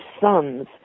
sons